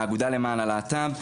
האגודה למען הלהט"ב,